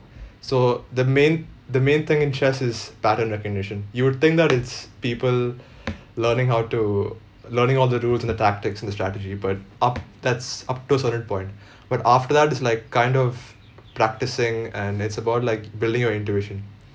so the main the main thing in chess is pattern recognition you would think that it's people learning how to learning all the rules and the tactics and the strategy but up that's up to a certain point but after that it's like kind of practicing and it's about like building your intuition